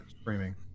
screaming